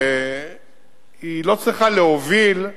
לא צריכה להוביל,